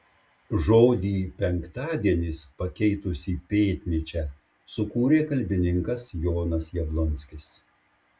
žodį penktadienis pakeitusį pėtnyčią sukūrė kalbininkas jonas jablonskis